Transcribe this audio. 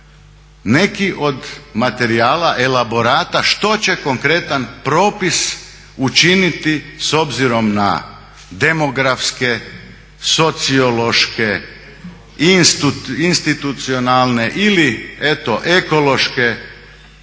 neki od materijala, elaborata što će konkretan propis učiniti s obzirom na demografske, sociološke, institucionalne ili eto ekološke